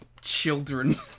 children